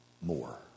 more